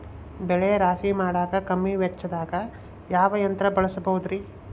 ಬೆಳೆ ರಾಶಿ ಮಾಡಾಕ ಕಮ್ಮಿ ವೆಚ್ಚದಾಗ ಯಾವ ಯಂತ್ರ ಬಳಸಬಹುದುರೇ?